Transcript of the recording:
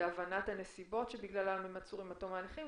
ובהבנת הנסיבות שבגללן הם עצורים עד תום ההליכים,